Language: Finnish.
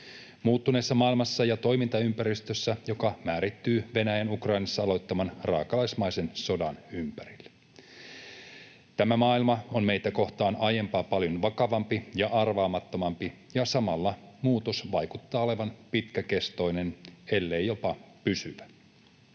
muuttuneessa maailmassa ja toimintaympäristössä, joka määrittyy Venäjän Ukrainassa aloittaman raakalaismaisen sodan ympärille. Tämä maailma on meitä kohtaan aiempaa paljon vakavampi ja arvaamattomampi, ja samalla muutos vaikuttaa olevan pitkäkestoinen, ellei jopa pysyvä.